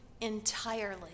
entirely